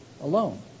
Alone